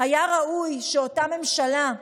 היה ראוי שאותה ממשלה,